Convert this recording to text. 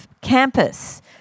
campus